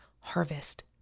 harvest